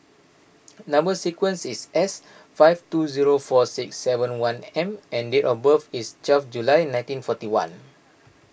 Number Sequence is S five two zero four six seven one M and date of birth is twelve June nineteen forty one